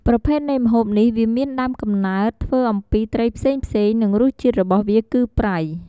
ប្រភេទនៃម្ហូបនេះវាមានដើមកំណើតធ្វើអំពីត្រីផ្សេងៗ និងរសជាតិរបស់វាគឺប្រៃ។